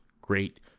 great